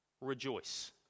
rejoice